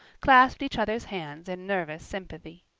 clasped each other's hands in nervous sympathy.